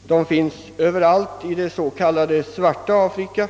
Flyktingarna finns över allt i det s.k. svarta Afrika,